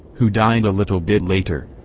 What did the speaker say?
who died a little bit later.